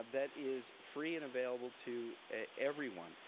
that is free and available to everyone.